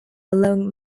along